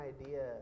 idea